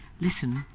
listen